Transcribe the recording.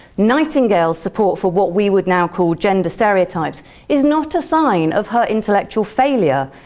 nightingale's support for what we would now call gender stereotypes is not a sign of her intellectual failure.